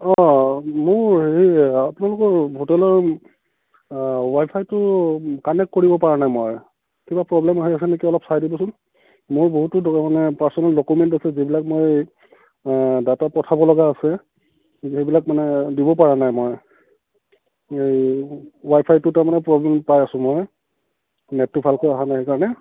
অঁ মোৰ হেৰি আপোনালোকৰ হোটেলৰ ৱাইফাইটো কানেক্ট কৰিব পৰা নাই মই কিবা প্ৰব্লেম হৈ আছে নেকি অলপ চাই দিবচোন মোৰ বহুতো দ মানে পাৰ্চনেল ডকুমেণ্ট আছে যিবিলাক মই ডাটা পঠাব লগা আছে সেইবিলাক মানে দিব পৰা নাই মই এই ৱাইফাইটো তাৰমানে প্ৰব্লেম পাই আছোঁ মই নেটটো ভালকৈ অহা নাই সেইকাৰণে